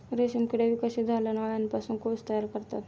रेशीम किडे विकसित झाल्यावर अळ्यांपासून कोश तयार करतात